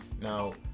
Now